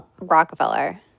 Rockefeller